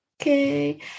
okay